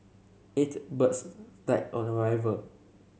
eight birds died on arrival